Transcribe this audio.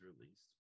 released